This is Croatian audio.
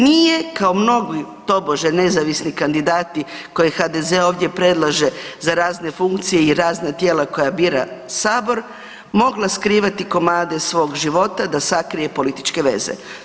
Nije kao mnogi tobože nezavisni kandidati koje HDZ ovdje predlaže za razne funkcije i razna tijela koja bira sabor, mogla skrivati komade svog života da sakrije političke veze.